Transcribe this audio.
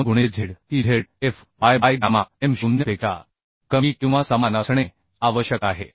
2 गुणिले z e z f y by gamma M0 पेक्षा कमी किंवा समान असणे आवश्यक आहे